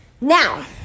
now